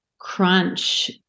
Crunch